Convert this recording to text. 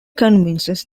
convinces